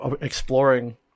exploring